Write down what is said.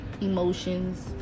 emotions